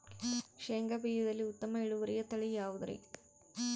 ಶೇಂಗಾ ಬೇಜದಲ್ಲಿ ಉತ್ತಮ ಇಳುವರಿಯ ತಳಿ ಯಾವುದುರಿ?